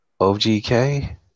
OGK